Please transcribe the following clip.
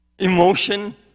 emotion